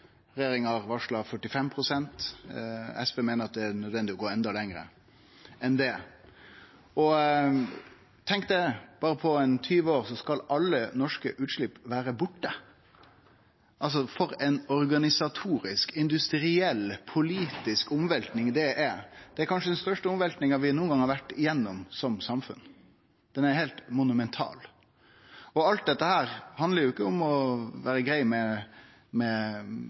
Regjeringa har varsla 45 pst. ; SV meiner at det er nødvendig å gå enda lenger enn det. Det andre er at på berre 20 år skal alle norske utslepp vere borte. For ei organisatorisk, industriell og politisk omvelting det er! Det er kanskje den største omveltinga vi nokon gong har vore igjennom som samfunn. Ho er heilt monumental. Og alt dette handlar jo ikkje om å vere grei